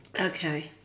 Okay